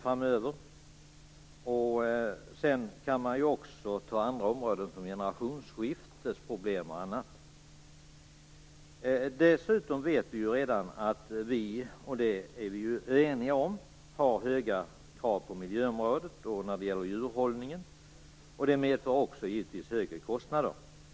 Jag kan också nämna andra områden som generationsskiftesproblem och annat. Dessutom vet vi att vi, vilket vi ju är eniga om, har höga krav på miljöområdet och när det gäller djurhållningen. Det medför givetvis också högre kostnader.